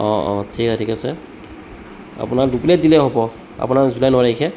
অঁ অঁ ঠিক আছে ঠিক আছে আপোনাৰ দুপ্লেট দিলেই হ'ব আপোনাৰ জুলাই ন তাৰিখে